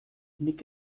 nik